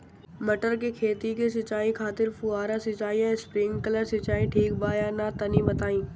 मटर के खेती के सिचाई खातिर फुहारा सिंचाई या स्प्रिंकलर सिंचाई ठीक बा या ना तनि बताई?